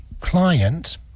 client